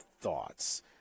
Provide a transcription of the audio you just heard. thoughts